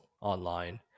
online